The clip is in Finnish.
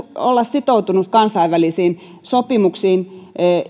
olla sitoutunut kansainvälisiin sopimuksiin